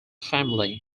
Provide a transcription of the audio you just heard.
family